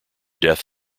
death